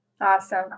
Awesome